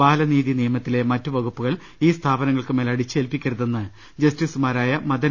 ബാലനീതി നിയമത്തിലെ മറ്റു വകുപ്പൂകൾ ഈ സ്ഥാപനങ്ങൾക്കു മേൽ അടിച്ചേൽപ്പിക്കരുതെന്ന് ജസ്റ്റിസുമാരായ മദൻ